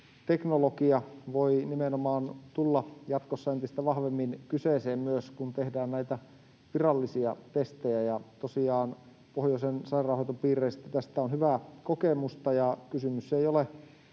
antigeeniteknologia voi nimenomaan tulla jatkossa entistä vahvemmin kyseeseen myös, kun tehdään virallisia testejä. Pohjoisen sairaanhoitopiireistä tästä on hyvää kokemusta, ja kysymys ei ole